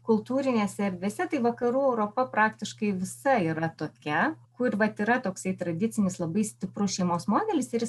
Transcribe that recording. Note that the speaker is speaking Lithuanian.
kultūrinėse erdvėse tai vakarų europa praktiškai visa yra tokia kur vat yra toksai tradicinis labai stiprus šeimos modelis ir jis